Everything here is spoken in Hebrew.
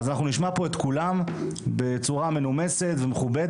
אז אנחנו נשמע פה את כולם בצורה מנומסת ומכובדת.